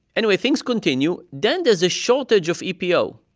anyway, things continue. then there's a shortage of epo.